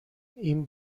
این